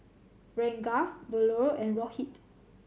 Ranga Bellur and Rohit